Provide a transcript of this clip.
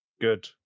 Good